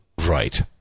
Right